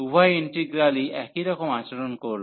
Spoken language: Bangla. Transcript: উভয় ইন্টিগ্রালই একই রকম আচরণ করবে